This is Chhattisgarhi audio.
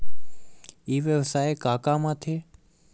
ई व्यवसाय का काम आथे?